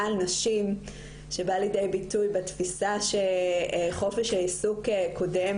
על נשים שבא לידי ביטוי בתפיסה שחופש העיסוק קודם